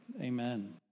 Amen